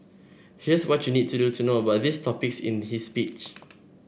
here's what you need to know about these topics in his speech